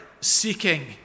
seeking